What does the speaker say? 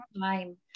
time